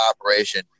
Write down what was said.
operation